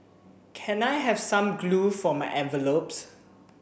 can I have some glue for my envelopes